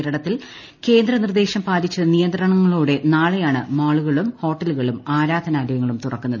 കേരളത്തിൽ കേന്ദ്ര നിർദേശം പാലിച്ച് നിയ്യന്ത്രണങ്ങളോടെ നാളെയാണ് മാളുകളും ഹോട്ടലുകളും ആരാധ്നാലയങ്ങളും തുറക്കുന്നത്